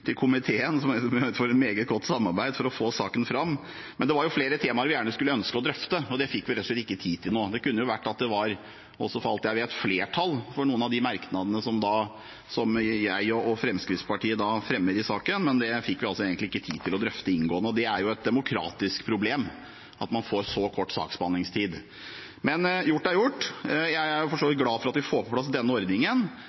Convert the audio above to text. komiteen for et meget godt samarbeid for å få saken fram. Det er flere temaer vi gjerne skulle drøftet, men det fikk vi rett og slett ikke tid til nå. Det kunne være at det for alt jeg vet også var flertall for noen av de merknadene jeg og Fremskrittspartiet har fremmet i saken, men det fikk vi egentlig ikke tid til å drøfte inngående. Det er jo et demokratisk problem at man får så kort saksbehandlingstid, men gjort er gjort. Jeg er for så